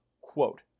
quote